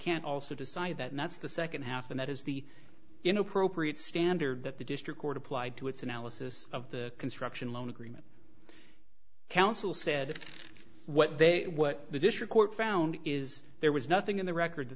can also decide that that's the second half and that is the inappropriate standard that the district court applied to its analysis of the construction loan agreement counsel said what they what the district court found is there was nothing in the record that